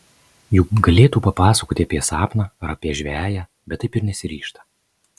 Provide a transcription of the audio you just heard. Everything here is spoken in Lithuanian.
juk galėtų papasakoti apie sapną ar apie žveję bet taip ir nesiryžta